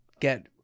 get